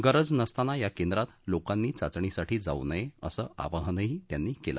गरज नसताना या केंद्रात लोकांनी चाचणीसाठी जाऊ नये असं आवाहन त्यांनी केलं